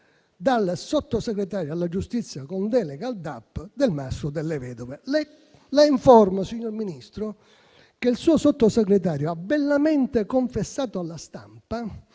dal sottosegretario per la giustizia con delega al DAP Delmastro Delle Vedove. La informo, signor Ministro, che il suo Sottosegretario ha bellamente confessato alla stampa